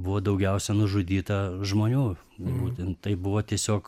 buvo daugiausia nužudyta žmonių būtent tai buvo tiesiog